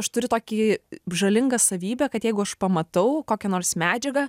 aš turiu tokį žalingą savybę kad jeigu aš pamatau kokią nors medžiagą